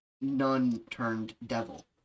nun-turned-devil